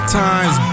times